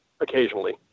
occasionally